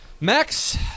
Max